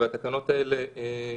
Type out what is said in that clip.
והתקנות האלה פקעו.